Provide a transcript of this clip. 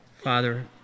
Father